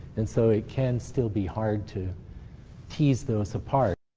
and so it can still be hard to tease those apart.